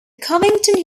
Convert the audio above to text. covington